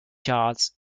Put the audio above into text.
charts